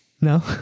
No